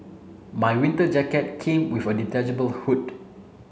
my winter jacket came with a detachable hood